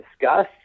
discuss